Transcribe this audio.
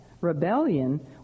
rebellion